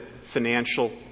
financial